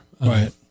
Right